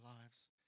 lives